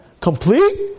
Complete